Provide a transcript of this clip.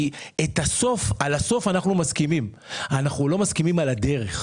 על הסף אנחנו מסכימים אבל אנחנו לא מסכימים על הדרך.